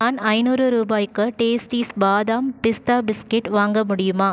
நான் ஐநூறு ரூபாய்க்கு டேஸ்டீஸ் பாதாம் பிஸ்தா பிஸ்கட் வாங்க முடியுமா